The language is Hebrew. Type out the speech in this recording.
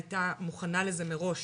היתה מוכנה לזה מראש